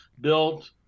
built